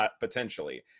potentially